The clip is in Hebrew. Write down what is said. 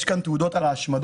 יש כאן תעודות על השמדות,